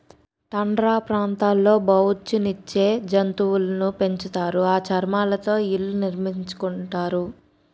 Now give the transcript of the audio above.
tundra ప్రాంతాల్లో బొఉచ్చు నిచ్చే జంతువులును పెంచుతారు ఆ చర్మాలతో ఇళ్లు నిర్మించుతారు